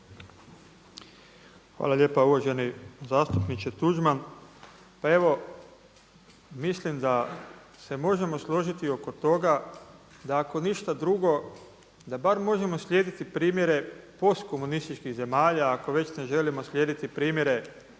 Hvala lijepa uvaženi zastupniče Tuđman. Pa evo, mislim da se možemo složiti oko toga da ako ništa drugo da bar možemo slijediti primjere postkomunističkih zemalja ako već ne želimo slijediti primjere